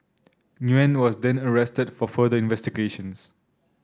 Nguyen was then arrested for further investigations